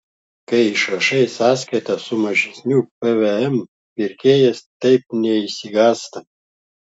kai išrašai sąskaitą su mažesniu pvm pirkėjas taip neišsigąsta